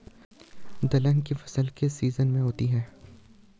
दलहन की फसल किस सीजन में होती है?